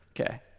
okay